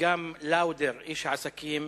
וגם לאודר, איש העסקים,